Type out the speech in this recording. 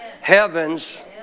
Heaven's